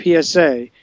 PSA